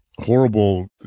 horrible